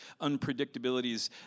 unpredictabilities